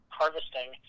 harvesting